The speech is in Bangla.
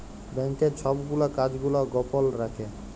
ব্যাংকের ছব গুলা কাজ গুলা গপল রাখ্যে